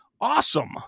Awesome